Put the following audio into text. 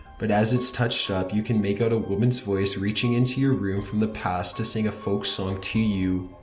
but as it is touched up you can make out a woman's voice reaching into your room from the past to sing a folk song to you.